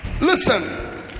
listen